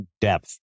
depth